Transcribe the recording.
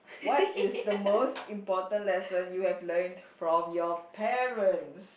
what is the most important lesson you have learned from your parents